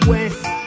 West